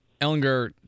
Ellinger